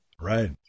Right